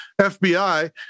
FBI